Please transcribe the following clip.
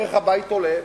וערך הבית עולה,